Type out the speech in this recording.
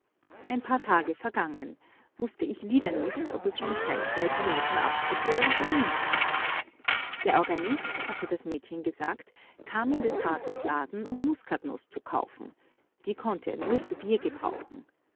ein paar tage vergangen wußte ich wieder nicht ob es schon zeit sei die noten abzuholen oder nicht der organist hatte das mädchen gesagt kam in ihres vaters laden um muskatnuß zu kaufen die konnte er nur zu bier gebrauchen